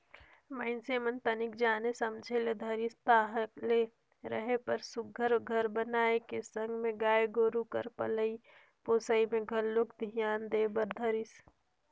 मइनसे मन तनिक जाने समझे ल धरिस ताहले रहें बर सुग्घर घर बनाए के संग में गाय गोरु कर पलई पोसई में घलोक धियान दे बर धरिस